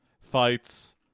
fights